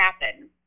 happen